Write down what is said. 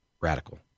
radical